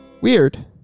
Weird